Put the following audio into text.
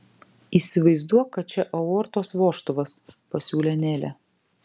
įsivaizduok kad čia aortos vožtuvas pasiūlė nelė